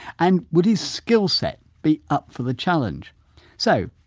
and would his skillset be up for the challenge so,